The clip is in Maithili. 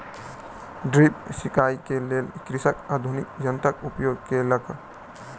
ड्रिप सिचाई के लेल कृषक आधुनिक यंत्रक उपयोग केलक